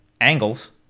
angles